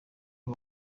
aho